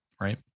Right